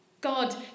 God